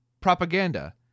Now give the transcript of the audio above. Propaganda